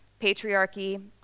patriarchy